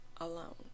alone